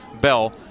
Bell